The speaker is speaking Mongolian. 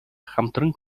хамтран